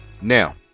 Now